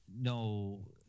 no